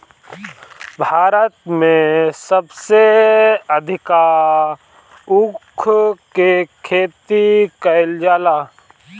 भारत में सबसे अधिका ऊख के खेती कईल जाला